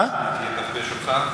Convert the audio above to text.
זה יהיה ת"פ שלך?